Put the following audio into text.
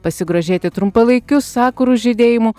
pasigrožėti trumpalaikiu sakurų žydėjimu